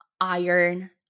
iron